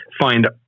find